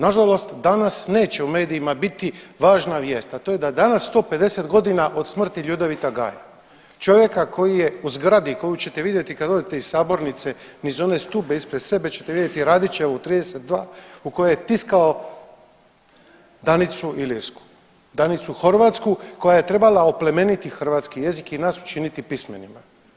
Na žalost danas neće u medijima biti važna vijest, a to je da danas 150 godina od smrti Ljudevita Gaja čovjeka koji je u zgradi koju ćete vidjeti kada odete iz sabornice niz one stupe ispred sebe ćete vidjeti Radićevu 32 u kojoj je tiskao Danicu Ilirsku, Danicu Horvatsku koja je trebala oplemeniti hrvatski jezik i nas učiniti pismenim.